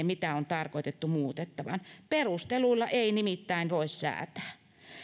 mitä on tarkoitettu muutettavan perusteluilla ei nimittäin voi säätää